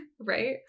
Right